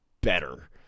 better